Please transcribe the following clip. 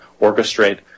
orchestrate